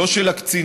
לא של הקצינה,